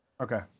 Okay